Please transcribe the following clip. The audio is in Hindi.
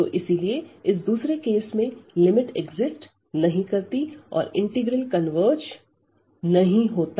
तो इसीलिए इस दूसरे केस में लिमिट एक्जिस्ट नहीं करती और इंटीग्रल कन्वर्ज नहीं होता